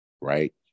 right